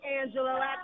Angela